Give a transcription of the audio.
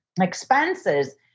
expenses